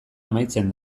amaitzen